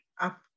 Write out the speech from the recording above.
up